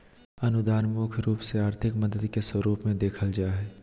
अनुदान मुख्य रूप से आर्थिक मदद के स्वरूप मे देखल जा हय